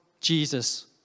Jesus